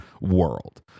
world